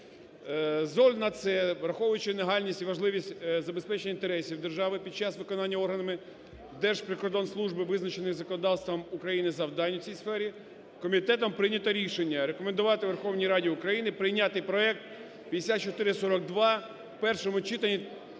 на це, враховуючи нагальність і важливість забезпечення інтересів держави під час виконання органами Держприкордонслужби визначеним законодавством України завдань у цій сфері, комітетом прийнято рішення рекомендувати Верховній Раді України прийняти проект 5442 в першому читанні